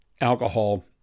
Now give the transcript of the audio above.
alcohol